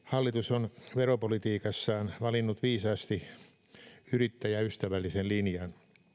on veropolitiikassaan valinnut viisaasti yrittäjäystävällisen linjan